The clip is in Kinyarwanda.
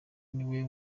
niwe